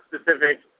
specific